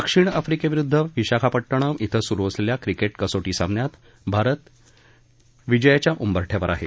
दक्षिण आफ्रीकेविरुद्ध विशाखापट्टणम डें सुरु असलेल्या क्रिकेट कसोटी सामन्यात भारत विजयाच्या उंबरठ्यावर आहे